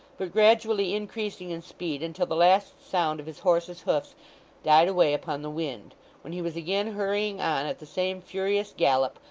but gradually increasing in speed until the last sound of his horse's hoofs died away upon the wind when he was again hurrying on at the same furious gallop,